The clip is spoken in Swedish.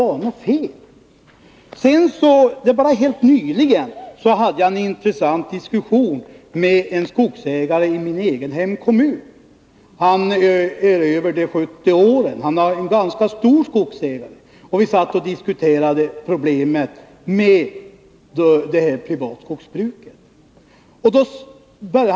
Helt nyligen hade jag en intressant diskussion om det privata skogsbruket med en ganska stor skogsägare i min egen hemkommun, en man över de 70 åren.